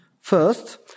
First